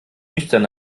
nüchtern